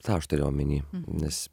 tą aš turėjau omeny nes